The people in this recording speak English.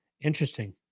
Interesting